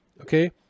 Okay